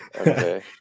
Okay